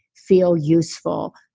feel useful,